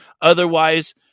Otherwise